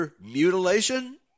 mutilation